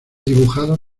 dibujado